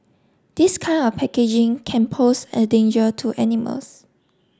this kind of packaging can pose a danger to animals